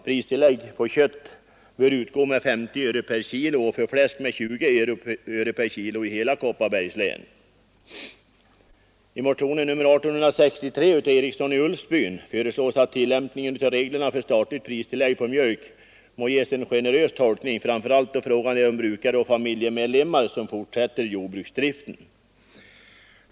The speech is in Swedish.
Det har också väckts en hel rad andra motioner. I motionen 1863 av herr Eriksson i Ulfsbyn föreslås att tillämpningen av reglerna för staligt pristillägg på mjölk skall ges en generös tolkning, framför allt då fråga är om brukare och familjemedlemmar som fortsätter jordbruksdriften.